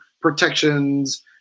protections